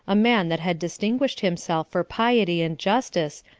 a man that had distinguished himself for piety and justice,